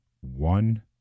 one